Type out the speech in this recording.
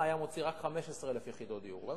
מוציא בממוצע רק כ-15,000 יחידות דיור בשנה,